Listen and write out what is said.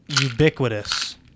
Ubiquitous